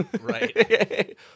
Right